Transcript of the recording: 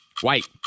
white